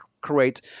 Create